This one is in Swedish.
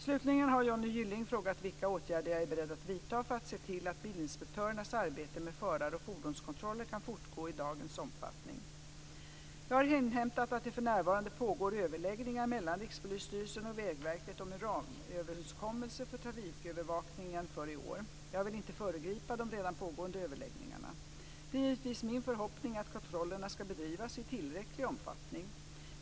Slutligen har Johnny Gylling frågat vilka åtgärder jag är beredd att vidta för att se till att bilinspektörernas arbete med förar och fordonskontroller kan fortgå i dagens omfattning. Jag har inhämtat att det för närvarande pågår överläggningar mellan Rikspolisstyrelsen och Vägverket om en ramöverenskommelse för trafikövervakningen för i år. Jag vill inte föregripa de redan pågående överläggningarna. Det är givetvis min förhoppning att kontrollerna ska bedrivas i tillräcklig omfattning.